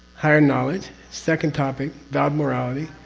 higher knowledge. second topic? vowed morality,